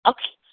Okay